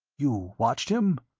you watched him?